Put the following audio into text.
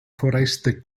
foreste